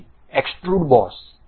તેથી extrude boss